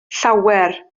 llawer